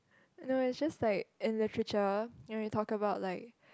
no its just like in literature when we talk about like